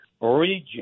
region